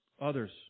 others